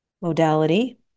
modality